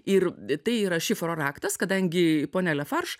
ir tai yra šifro raktas kadangi ponia lefarš